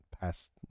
past